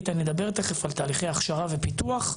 איתן ידבר תכף על תהליכי הכשרה ופיתוח,